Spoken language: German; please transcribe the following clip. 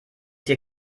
hier